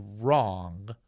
wrong